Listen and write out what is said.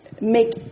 make